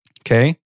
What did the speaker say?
Okay